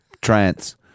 Trance